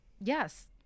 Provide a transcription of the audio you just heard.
Yes